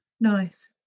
Nice